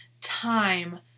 time